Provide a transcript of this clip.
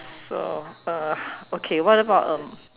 so uh okay what about um